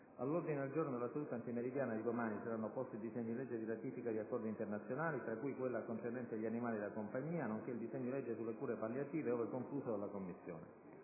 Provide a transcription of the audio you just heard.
All'ordine del giorno della seduta antimeridiana di domani saranno posti disegni di legge di ratifica di accordi internazionali, tra cui quella concernente gli animali da compagnia, nonché il disegno di legge sulle cure palliative, ove concluso dalla Commissione.